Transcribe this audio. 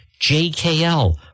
JKL